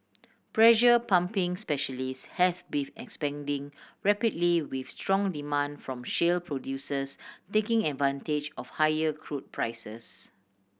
pressure pumping specialist has beef expanding rapidly with strong demand from shale producers taking advantage of higher crude prices